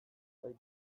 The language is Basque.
zait